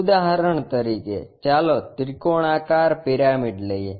ઉદાહરણ તરીકે ચાલો ત્રિકોણાકાર પિરામિડ લઈએ